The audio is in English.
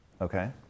Okay